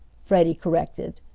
freddie corrected,